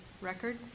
record